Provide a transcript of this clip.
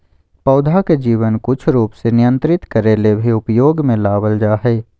पौधा के जीवन कुछ रूप के नियंत्रित करे ले भी उपयोग में लाबल जा हइ